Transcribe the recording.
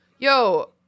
Yo